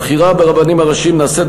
הבחירה ברבנים הראשיים נעשית,